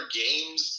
games